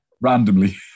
randomly